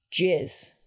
jizz